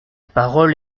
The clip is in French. parole